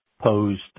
posed